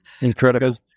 Incredible